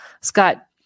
Scott